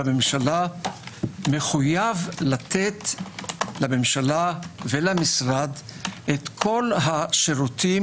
בממשלה מחויב לתת לממשלה ולמשרד את כל השירותים